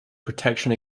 protection